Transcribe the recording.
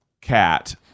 cat